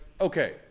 okay